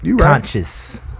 conscious